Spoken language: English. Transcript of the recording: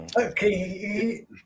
Okay